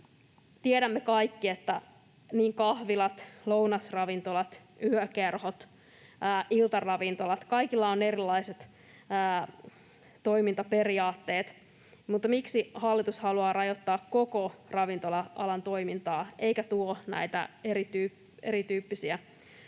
Tiedämme kaikki, että kahviloilla, lounasravintoloilla, yökerhoilla, iltaravintoloilla, kaikilla on erilaiset toimintaperiaatteet, mutta miksi hallitus haluaa rajoittaa koko ravintola-alan toimintaa eikä tuo näitä erityyppisiä ravintoloita